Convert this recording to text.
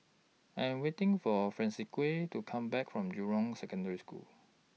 I Am waiting For Francisqui to Come Back from Jurong Secondary School